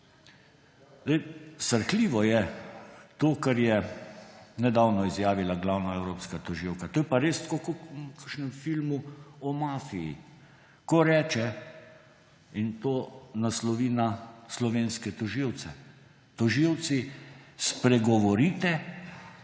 Srhljivo je to, kar je nedavno izjavila glavna evropska tožilka. To je pa res tako kot v kakšnem filmu o mafiji, ko reče, in to naslovi na slovenske tožilce: »Tožilci, spregovorite.